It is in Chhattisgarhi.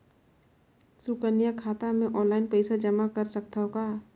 सुकन्या खाता मे ऑनलाइन पईसा जमा कर सकथव का?